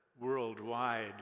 Worldwide